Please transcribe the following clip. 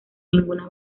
ninguna